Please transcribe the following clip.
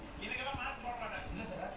ya